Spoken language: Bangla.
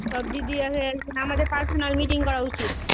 সব দিদি আমি একদিন আমাদের পার্সোনাল মিটিং করা উচিত